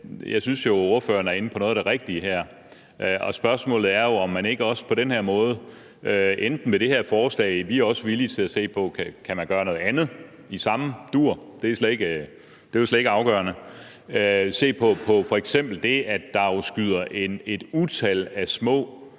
Jeg synes jo, ordføreren er inde på noget af det rigtige her. Spørgsmålet er, om man ikke også på den her måde, enten med det her forslag, men vi er også villige til at se på, om man kan gøre noget andet i samme dur, det er slet ikke afgørende, kan se på f.eks. det, at der jo skyder et utal af små